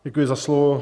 Děkuji za slovo.